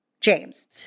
James